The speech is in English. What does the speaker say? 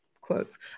quotes